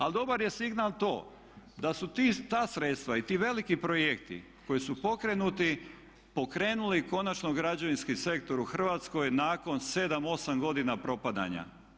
Ali dobar je signal to da su ta sredstva i ti veliki projekti koji su pokrenuti pokrenuli konačno građevinski sektor u Hrvatskoj nakon 7, 8 godina propadanja.